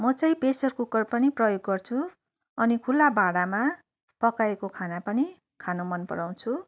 म चाहिँ pressure cooker पनि प्रयोग गर्छु अनि खुल्ला भाँडामा पकाएको खाना पनि खान मनपराउँछु